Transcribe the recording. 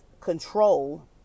control